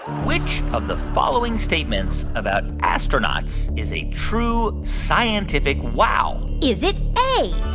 which of the following statements about astronauts is a true scientific wow? is it a,